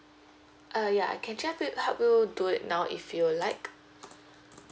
err ya I can just to help you do it now if you like